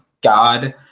God